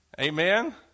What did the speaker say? Amen